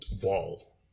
wall